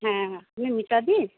হ্যাঁ আপনি মিতাদি